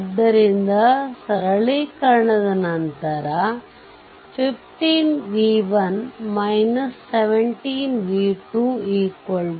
ಆದ್ದರಿಂದ ಸರಳೀಕರಣದ ನಂತರ 15 v1 17 v2 40